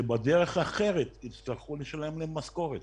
שבדרך אחרת יצטרכו לשלם להם משכורת